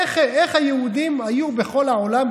איך היהודים היו בכל העולם,